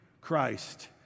Christ